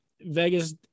Vegas